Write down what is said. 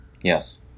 yes